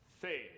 faith